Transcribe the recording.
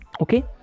Okay